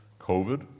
COVID